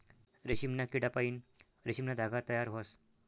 रेशीमना किडापाईन रेशीमना धागा तयार व्हस